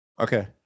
Okay